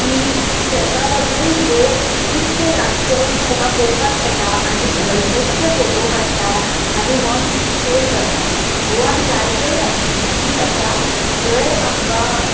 की तेका लागून लोक खुबशे रातचे ताका पळोवपाक येता आनी थंय खुबशे फोटो काडटा आनी मन खूश जाता गोवान जायते बिचीस आसा जंय आमकां